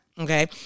okay